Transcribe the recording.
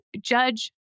Judge